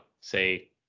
say